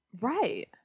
Right